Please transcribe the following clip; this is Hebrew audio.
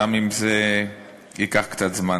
גם אם זה ייקח קצת זמן.